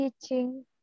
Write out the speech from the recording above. teaching